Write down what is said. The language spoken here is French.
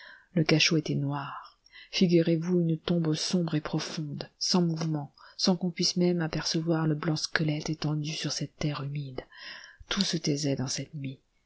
le cachot était noir figurez-vous une tombe sombre et profonde sans mouvement sans qu'on puisse même apercevoir le blanc squelette étendu sur cette terre humide tout se taisait dans cette nuit